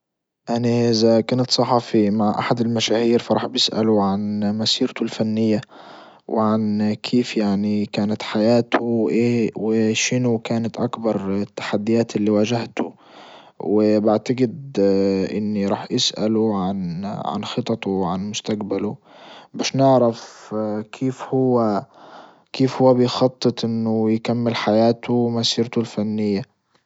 اني إذا كنت صحفي مع احد المشاهير فراح بسأله عن مسيرته الفنية وعن كيف يعني كانت حياته ايه وشنو كانت اكبر التحديات اللي واجهته وبعتجد اني راح اسأله عن عن خططه وعن مستجبلة باش نعرف كيف هو كيف هو بيخطط انه يكمل حياته ومسيرته الفنية.